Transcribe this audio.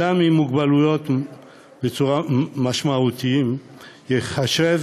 כאדם עם מוגבלויות בצורה משמעותית ייחשב